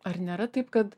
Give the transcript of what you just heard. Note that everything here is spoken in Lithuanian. ar nėra taip kad